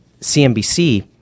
CNBC